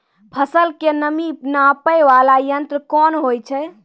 फसल के नमी नापैय वाला यंत्र कोन होय छै